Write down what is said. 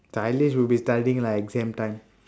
sainesh will be studying lah exam time